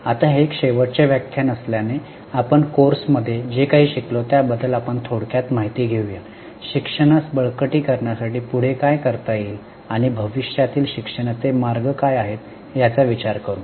आता हे एक शेवटचे व्याख्यान असल्याने आपण कोर्समध्ये जे काही शिकलो त्याबद्दल आपण थोडक्यात माहिती घेऊया शिक्षणास बळकटीकरणासाठी पुढे काय करता येईल आणि भविष्यातील शिक्षणाचे मार्ग काय आहेत याचा विचार करू